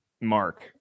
Mark